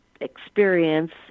experience